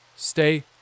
Stay